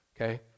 okay